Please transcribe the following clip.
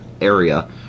area